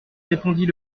répondit